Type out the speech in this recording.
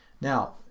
Now